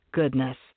goodness